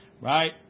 Right